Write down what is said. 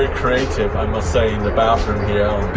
ah creative, i must say, in the bathroom here